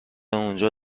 اونجا